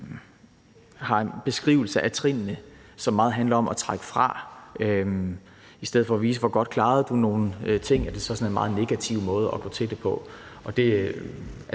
har en beskrivelse af trinnene, som meget handler om at trække fra. I stedet for at vise, hvor godt du klarede nogle ting, er der så sådan en meget negativ måde at gå til det på,